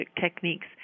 techniques